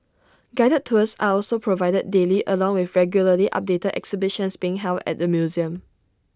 guided tours are also provided daily along with regularly updated exhibitions being held at the museum